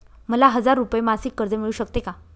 मला हजार रुपये मासिक कर्ज मिळू शकते का?